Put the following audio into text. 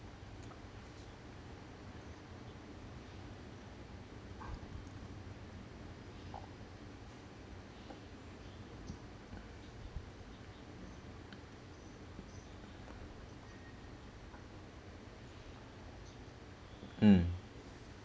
mm